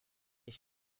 ich